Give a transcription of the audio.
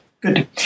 Good